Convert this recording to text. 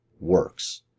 works